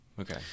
Okay